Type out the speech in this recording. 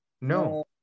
no